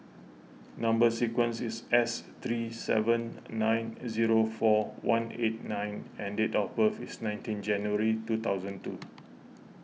Number Sequence is S three seven nine zero four one eight N and date of birth is nineteen January two thousand two